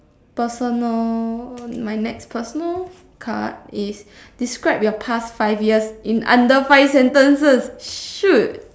personal my next personal card is describe your past five years in under five sentences shoot